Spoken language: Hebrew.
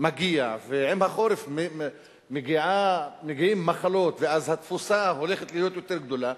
מגיע ועם החורף מגיעות מחלות ואז התפוסה הולכת להיות יותר גדולה,